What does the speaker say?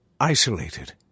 isolated